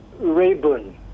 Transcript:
Rayburn